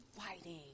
fighting